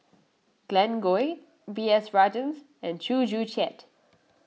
Glen Goei B S Rajhans and Chew Joo Chiat